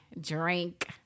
drink